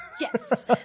yes